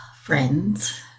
friends